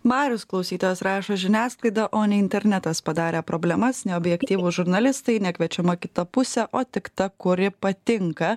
marius klausytojas rašo žiniasklaida o ne internetas padarė problemas neobjektyvūs žurnalistai nekviečiama kita pusė o tik ta kuri patinka